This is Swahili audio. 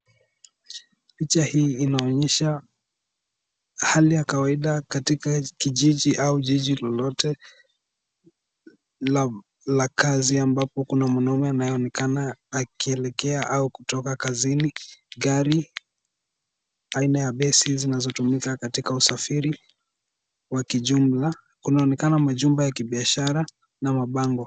Picha hii inaonyesha hali ya kawaida katika kijiji au jiji lolote la kazi ambapo kuna mwanaume anayeonekana akielekea au kutoka kazini. Gari aina ya basi zinazotumika katika usafiri wa kijumla, unaonekana majumba ya kibiashara na mabango.